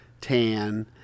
tan